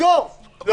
ואתה אומר: לא.